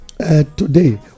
Today